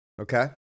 Okay